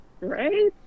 Right